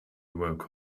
woke